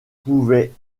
pouvait